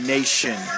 Nation